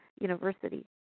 University